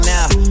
Now